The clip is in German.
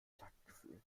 taktgefühl